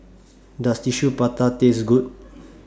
Does Tissue Prata Taste Good